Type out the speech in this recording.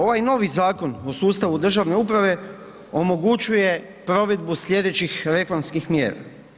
Ovaj novi Zakon o sustavu državne uprave omogućuje provedbu sljedećih reformskih mjera.